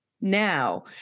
now